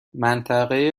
منطقه